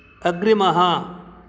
अग्रिमः